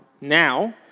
now